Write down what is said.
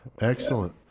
excellent